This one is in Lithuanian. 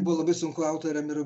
buvo labai sunku autoriam ir